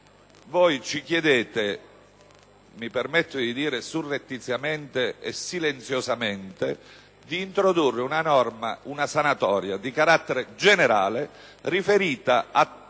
così, ci chiedete - mi permetto di aggiungere - surrettiziamente e silenziosamente di introdurre una sanatoria di carattere generale riferita a